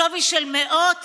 בשווי של מאות